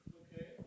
okay